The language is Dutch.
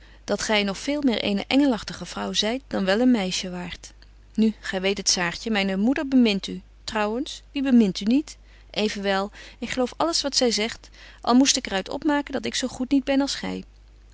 dat gy nog veel meer eene engelagtige vrouw zyt dan wel een meisje waart nu gy weet het saartje myne moeder bemint u trouwens wie bemint u niet evenwel ik geloof alles wat zy zegt al moest ik er uit opmaken dat ik zo goed niet ben als gy